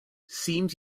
seems